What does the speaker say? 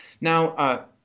Now